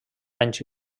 anys